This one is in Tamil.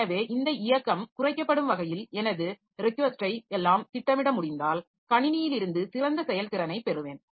எனவே இந்த இயக்கம் குறைக்கப்படும் வகையில் எனது ரிக்கொஸ்டை எல்லாம் திட்டமிட முடிந்தால் கணினியிலிருந்து சிறந்த செயல்திறனைப் பெறுவேன்